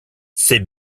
ces